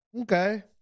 okay